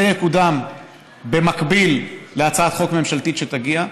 יקודם במקביל להצעת חוק ממשלתית שתגיע.